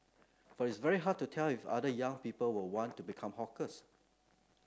but it's very hard to tell if other young people will want to become hawkers